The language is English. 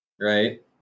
right